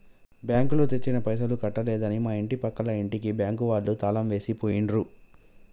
బ్యాంకులో తెచ్చిన పైసలు కట్టలేదని మా ఇంటి పక్కల ఇంటికి బ్యాంకు వాళ్ళు తాళం వేసి పోయిండ్రు